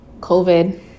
covid